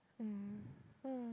mm oh